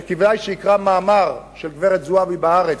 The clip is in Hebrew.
שכדאי שיקרא מאמר של גברת זועבי ב"הארץ"